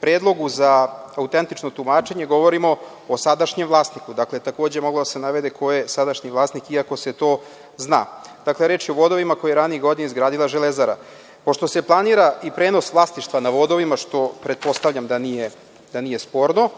Predlogu za autentično tumačenje govorimo o sadašnjem vlasniku. Takođe je moglo da se navede ko je sadašnji vlasnik, iako se to zna. Reč je o vodovima koje je ranijih godina izgradila „Železara“.Pošto se planira i prenos vlasništva na vodovima, što pretpostavljam da nije sporno,